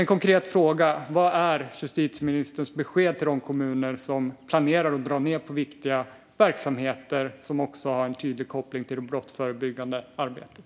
En konkret fråga: Vad är justitieministerns besked till de kommuner som planerar att dra ned på viktiga verksamheter som också har en tydlig koppling till det brottsförebyggande arbetet?